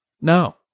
No